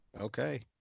okay